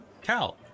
cal